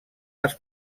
les